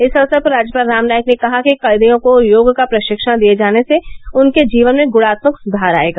इस अवसर पर राज्यपाल राम नाईक ने कहा कि कैदियों को योग का प्रशिक्षण दिये जाने से उनके जीवन में गुणात्मक सुधार आयेगा